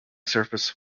surface